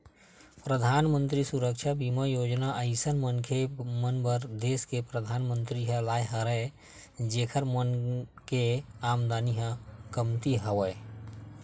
परधानमंतरी सुरक्छा बीमा योजना अइसन मनखे मन बर देस के परधानमंतरी ह लाय हवय जेखर मन के आमदानी ह कमती हवय